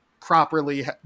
properly